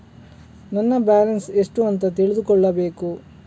ನನ್ನ ಬ್ಯಾಲೆನ್ಸ್ ಎಷ್ಟು ಅಂತ ತಿಳಿದುಕೊಳ್ಳಬೇಕು?